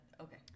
Okay